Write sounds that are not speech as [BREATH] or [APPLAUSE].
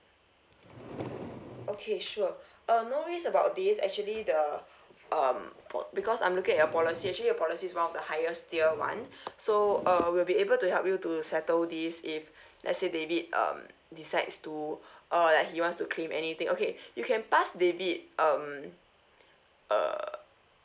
okay sure [BREATH] uh no worries about this actually the [BREATH] um po~ because I'm look at your policy actually your policy is one of the highest tier one [BREATH] so uh we'll be able to help you to settle this if [BREATH] let's say david um decides to [BREATH] or like he wants to claim anything okay you can pass david um uh